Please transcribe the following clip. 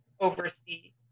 oversee